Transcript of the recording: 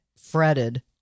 fretted